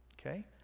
Okay